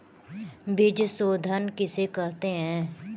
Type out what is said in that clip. बीज शोधन किसे कहते हैं?